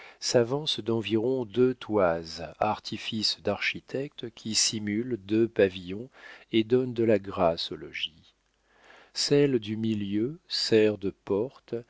s'avance d'environ deux toises artifice d'architecture qui simule deux pavillons et donne de la grâce au logis celle du milieu sert de porte